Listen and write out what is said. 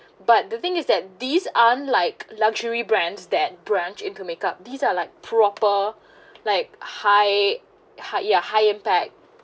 but the thing is that these unlike luxury brands that branch into makeup these are like proper like high high ya high impact